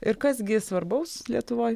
ir kas gi svarbaus lietuvoj